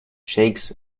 shakes